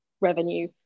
revenue